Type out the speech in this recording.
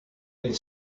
elle